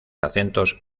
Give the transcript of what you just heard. acentos